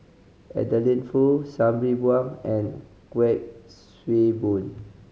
Adeline Foo Sabri Buang and Kuik Swee Boon